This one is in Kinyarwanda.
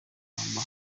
makamba